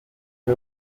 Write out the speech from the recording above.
uje